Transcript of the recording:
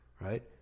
Right